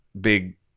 big